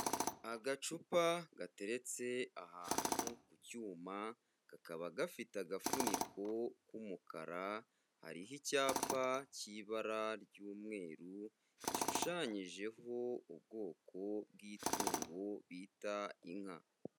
Agacupa gateretse ahantu ku cyuma, kakaba gafite agafuniko k'umukara, hariho icyapa cy'ibara ry'umweru gishushanyijeho ubwoko bw'itungo bita inka.